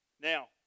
Now